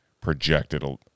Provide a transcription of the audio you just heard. projected